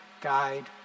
guide